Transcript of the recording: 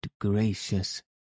gracious